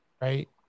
right